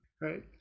Right